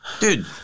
Dude